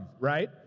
right